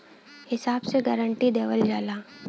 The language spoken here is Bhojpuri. हिसाब से गारंटी देवल जाला